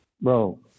bro